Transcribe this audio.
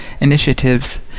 initiatives